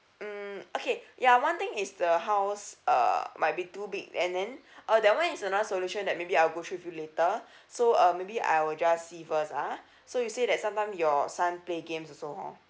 mm okay ya one thing is the house err might be too big and then uh that one is another solution that maybe I will go through with you later so uh maybe I will just see first ah so you say that sometime your son play games also hor